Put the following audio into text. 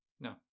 No